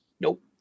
Nope